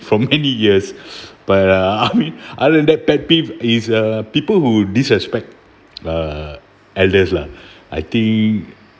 from many years but uh I mean I learned that pet peeve is uh people who least aspect uh at least lah I think